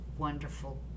wonderful